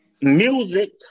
music